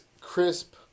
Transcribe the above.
crisp